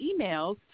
emails